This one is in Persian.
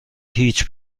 هیچ